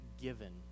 given